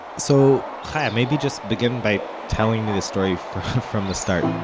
so chaya, maybe just begin by telling me the story from from the start and